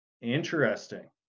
Interesting